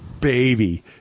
baby